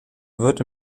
wird